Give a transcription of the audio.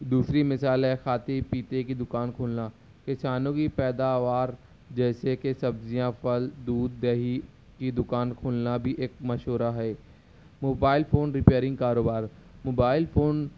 دوسری مثال ہے کھاتی پیتے کی دکان کھولنا کسانوں کی پیداوار جیسے کہ سبزیاں پھل دودھ دہی کی دکان کھولنا بھی ایک مشورہ ہے موبائل فون رپیرنگ کاروبار موبائل فون